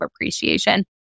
appreciation